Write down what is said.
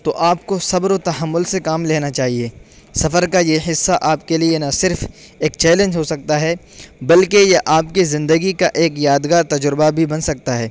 تو آپ کو صبر و تحمل سے کام لینا چاہیے سفر کا یہ حصہ آپ کے لیے نہ صرف ایک چیلنج ہو سکتا ہے بلکہ یہ آپ کی زندگی کا ایک یادگار تجربہ بھی بن سکتا ہے